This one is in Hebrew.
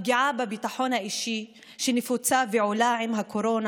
הפגיעה בביטחון האישי שנפוצה ועולה עם הקורונה